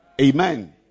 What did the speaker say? Amen